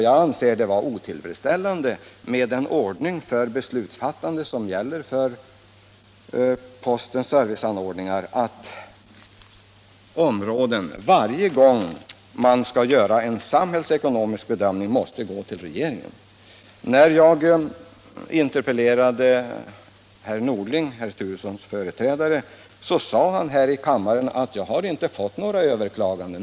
Jag anser att den ordning för be slutsfattande som synes gälla beträffande postens service är otillfredsställande, om postverket eller postabonnenter varje gång en allmänt samhällelig bedömning görs måste gå till regeringen. Då jag interpellerade herr Norling, herr Turessons företrädare, sade han här i kammaren att han inte hade fått några överklaganden.